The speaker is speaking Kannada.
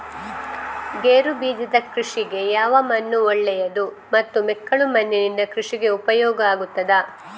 ಗೇರುಬೀಜದ ಕೃಷಿಗೆ ಯಾವ ಮಣ್ಣು ಒಳ್ಳೆಯದು ಮತ್ತು ಮೆಕ್ಕಲು ಮಣ್ಣಿನಿಂದ ಕೃಷಿಗೆ ಉಪಯೋಗ ಆಗುತ್ತದಾ?